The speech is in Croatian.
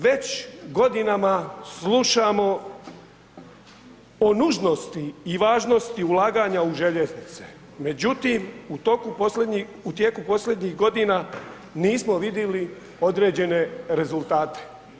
Već godinama slušamo o nužnosti i važnosti ulaganja u željeznice, međutim, u tijeku posljednjih godina nismo vidjeli određene rezultate.